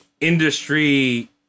industry